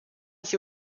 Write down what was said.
sie